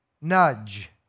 Nudge